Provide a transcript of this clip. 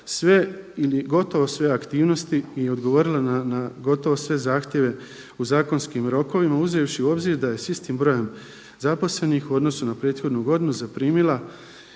sve ili gotovo sve aktivnosti i odgovorila na gotovo sve zahtjeve u zakonskim rokovima uzevši u obzir da je sa istim brojem zaposlenih u odnosu na prethodnu godinu zaprimila